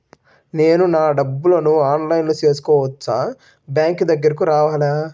నేను నా డబ్బులను ఆన్లైన్లో చేసుకోవచ్చా? బ్యాంక్ దగ్గరకు రావాలా?